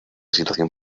situación